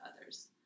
others